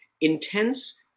intense